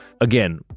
again